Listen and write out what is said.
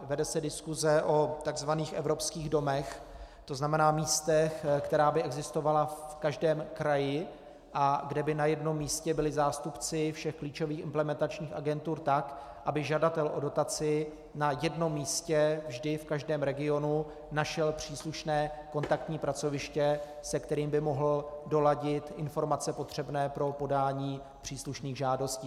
Vede se diskuse o tzv. evropských domech, to znamená místech, která by existovala v každém kraji a kde by na jednom místě byli zástupci všech klíčových implementačních agentur, tak aby žadatel o dotaci na jednom místě vždy v každém regionu našel příslušné kontaktní pracoviště, se kterým by mohl doladit informace potřebné pro podání příslušných žádostí.